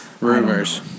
rumors